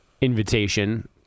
invitation